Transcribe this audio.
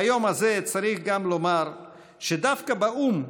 ביום הזה צריך גם לומר שדווקא באו"ם,